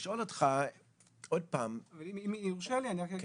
לשאול אותך עוד פעם --- אם יורשה לי אני רק אגיד,